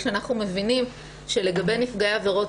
כשאנחנו מבינים שלגבי נפגעי עבירות